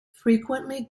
frequently